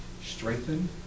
Strengthen